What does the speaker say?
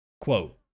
Quote